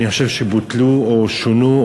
אני חושב שבוטלו או שונו,